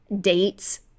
dates